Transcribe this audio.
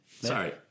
Sorry